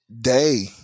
day